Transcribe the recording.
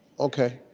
okay.